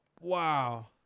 Wow